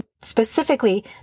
specifically